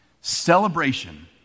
Celebration